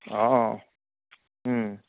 हँ हुँ